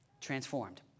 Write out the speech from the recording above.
transformed